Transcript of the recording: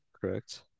Correct